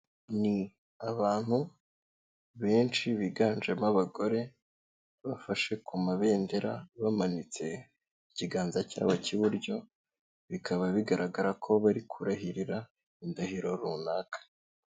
Ni abantu benshi biganjemo abagore, bafashe ku mabendera bamanitse ikiganza cyabo cy'iburyo, bikaba bigaragara ko bari kurahirira indahiro runaka.